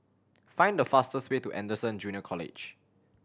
find the fastest way to Anderson Junior College